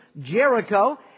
Jericho